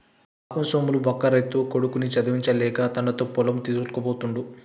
పాపం సోములు బక్క రైతు కొడుకుని చదివించలేక తనతో పొలం తోల్కపోతుండు